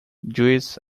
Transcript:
jewish